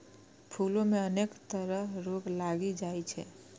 फूलो मे अनेक तरह रोग लागि जाइ छै